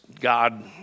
God